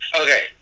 Okay